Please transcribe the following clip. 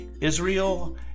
Israel